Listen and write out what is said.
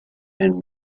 and